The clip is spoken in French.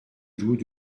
louent